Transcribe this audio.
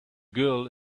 girl